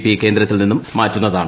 P കേന്ദ്രത്തിൽ നിന്നും മാറ്റുന്നതാണ്